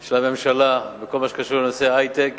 של הממשלה בכל מה שקשור בנושא ההיי-טק.